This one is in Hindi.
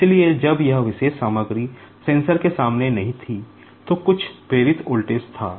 इसलिए जब यह विशेष सामग्री सेंसर के सामने नहीं थी तो कुछ प्रेरित वोल्टेज था